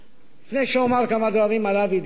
לפני שאומר כמה דברים על אבי דיכטר,